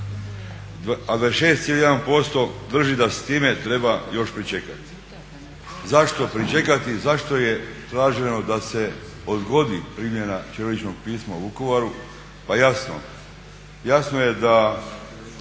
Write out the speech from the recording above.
a 26,1% drži da s time treba još pričekati. Zašto pričekati? Zašto je traženo da se odgodi primjena ćiriličnog pisma u Vukovaru? Pa jasno, jasno je da